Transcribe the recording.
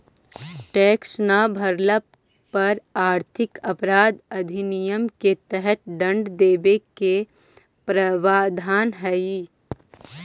tax न भरला पर आर्थिक अपराध अधिनियम के तहत दंड देवे के प्रावधान हई